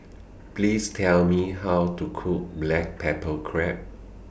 Please Tell Me How to Cook Black Pepper Crab